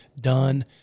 done